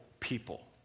people